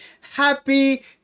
Happy